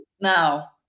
now